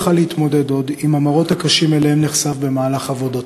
היה להתמודד עוד עם המראות הקשים שאליהם נחשף במהלך עבודתו.